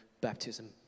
baptism